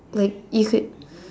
like you could